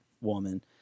woman